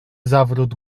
zawrót